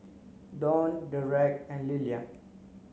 Dawne Dereck and Lillia